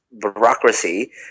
bureaucracy